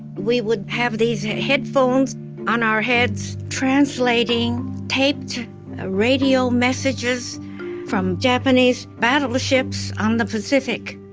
we would have these headphones on our heads translating taped ah radio messages from japanese battleships on the pacific,